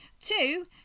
two